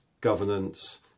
governance